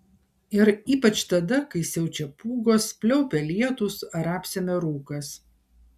ir ypač tada kai siaučia pūgos pliaupia lietūs ar apsemia rūkas